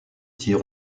tirs